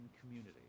community